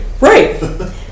Right